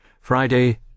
Friday